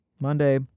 Monday